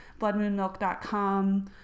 BloodMoonMilk.com